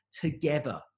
together